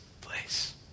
place